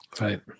Right